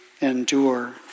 endure